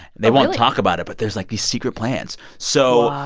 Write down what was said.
they won't talk about it, but there's, like, these secret plans. so.